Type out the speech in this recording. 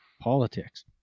politics